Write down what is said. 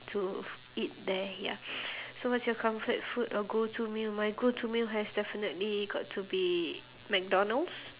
to eat there ya so what's your comfort food or go-to meal my go-to meal has definitely got to be mcdonald's